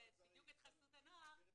את חסות הנוער --- זו מסגרת ייחודית.